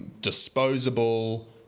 disposable